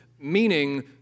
meaning